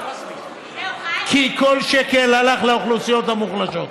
כי כל שקל הלך לאוכלוסיות המוחלשות.